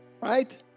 Right